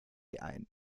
ein